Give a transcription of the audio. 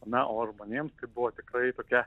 na o žmonėms buvo tikrai tokia